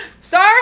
Sorry